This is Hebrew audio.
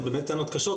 הן באמת טענות קשות,